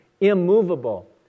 immovable